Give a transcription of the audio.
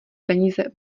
peníze